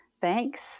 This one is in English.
Thanks